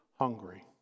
hungry